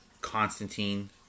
Constantine